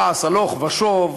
טס הלוך ושוב,